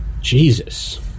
jesus